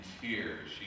tears